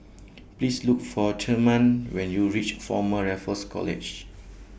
Please Look For Therman when YOU REACH Former Raffles College